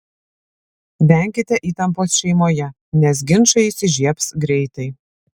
venkite įtampos šeimoje nes ginčai įsižiebs greitai